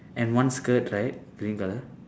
and one skirt right green colour